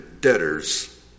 debtors